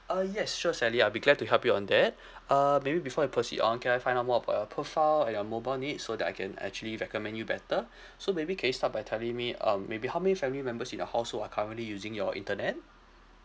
uh yes sure sally I'll be glad to help you on that uh maybe before I proceed on can I find out more about your profile and your mobile needs so that I can actually recommend you better so maybe can you start by telling me um maybe how many family members in your household are currently using your internet